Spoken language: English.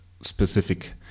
specific